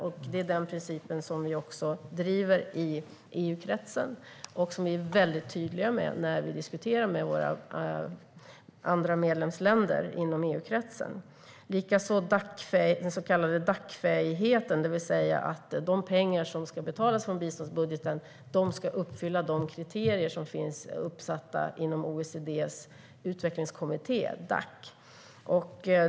Det är också den principen som vi driver i EU-kretsen och som vi är väldigt tydliga med när vi diskuterar med andra medlemsländer inom EU-kretsen. Det gäller också den så kallade Dacfähigheten. De pengar som ska betalas från biståndsbudgeten ska uppfylla de kriterier som finns uppsatta inom OECD:s utvecklingskommitté, Dac.